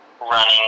running